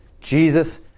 Jesus